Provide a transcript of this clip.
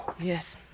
Yes